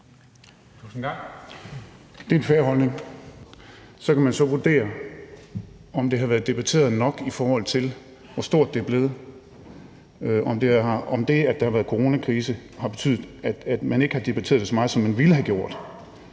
Det er en fair holdning. Så kan man så vurdere, om det har været debatteret nok, i forhold til hvor stort det er blevet, om det, at der har været coronakrise, har betydet, at man ikke har debatteret det så meget, som man ville have gjort.